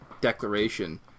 declaration